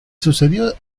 sucedió